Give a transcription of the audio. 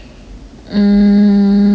mm